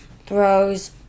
throws